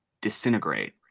disintegrate